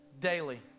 daily